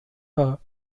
her